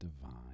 divine